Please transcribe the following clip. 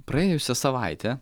praėjusią savaitę